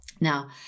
Now